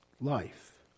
life